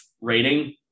rating